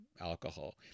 alcohol